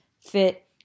fit